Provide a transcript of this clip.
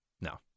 No